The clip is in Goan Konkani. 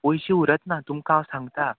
पयशे उरत ना तुमकां हांव सांगतां